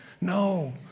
No